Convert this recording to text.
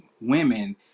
women